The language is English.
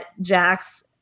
Jax